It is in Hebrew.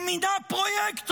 הוא מינה פרויקטור,